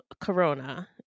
Corona